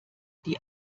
die